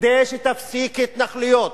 כדי שתפסיק התנחלויות,